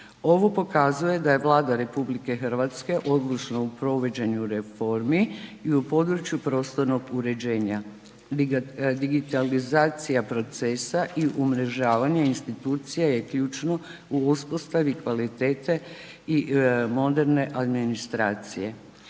Ovo pokazuje da je Vlada RH odlučna u provođenju reformi i u području prostornog uređenja. Digitalizacija procesa i umrežavanje institucija je ključno u uspostavi kvalitete i moderne administracije.